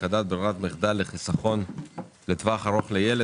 הפקדות ברירת מחדל לחיסכון ארוך טווח לילד),